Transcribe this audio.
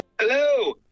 Hello